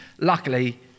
Luckily